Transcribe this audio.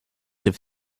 have